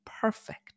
perfect